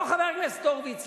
לא חבר הכנסת הורוביץ,